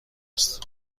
است